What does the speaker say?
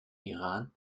iran